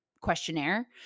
questionnaire